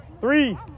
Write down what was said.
Three